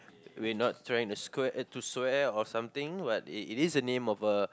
we're not trying to square eh to swear or something but it it is a name of a